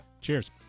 Cheers